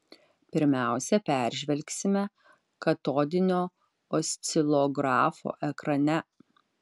pirmiausia peržvelgsime katodinio oscilografo ekrane